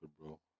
bro